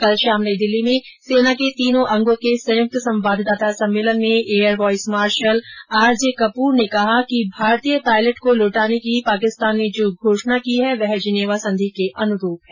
कल शाम नई दिल्ली में सेना के तीनों अंगों के संयुक्त संवाददाता सम्मेलन में air vice marshal R G K Kapoor ने कहा कि भारतीय पायलट को लोटाने की पाकिस्तान ने जो घोषणा की है वह जिनेवा संधि के अनुरूप है